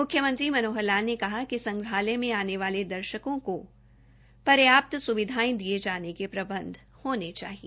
म्ख्यमंत्री श्री मनोहर लाल ने कहा कि संग्रहालय में आने वाले दर्शकों को पर्याप्त स्विधाएं दिए जाने के प्रबंध होने चाहिए